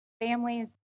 families